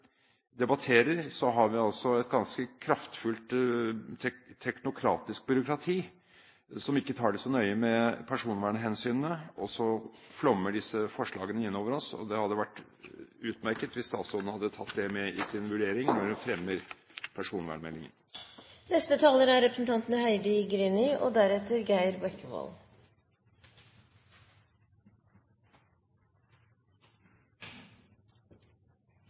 debatterer, har vi altså et ganske kraftfullt teknokratisk byråkrati som ikke tar det så nøye med personvernhensynene – og så flommer disse forslagene innover oss. Det hadde vært utmerket hvis statsråden hadde tatt det med i sin vurdering når hun fremmer personvernmeldingen. Når vår rett til privatliv utfordres, er hvert enkelt inngrep og